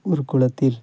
ஒரு குளத்தில்